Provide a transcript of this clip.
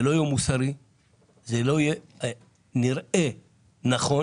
זה לא מוסרי ולא נראה נכון